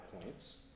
points